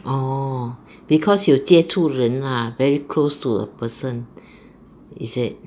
orh because 有接触人 lah very close to a person is it